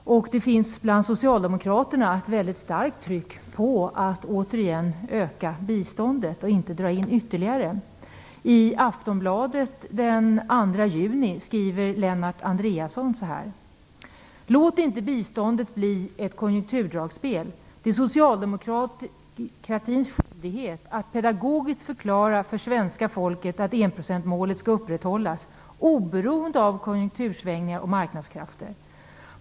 Det finns bland socialdemokraterna ett mycket starkt tryck på att återigen öka biståndet och inte dra in ytterligare. I Aftonbladet den 2 juni skriver Lennart Andreasson så här: "Låt inte biståndet bli ett konjunkturdragspel. Det är socialdemokratins skyldighet att pedagogiskt förklara för svenska folket att enprocentsnivån ska upprätthållas oberoende av konjunktursvängningar och marknadskrafter.